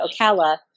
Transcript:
Ocala